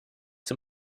zum